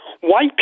White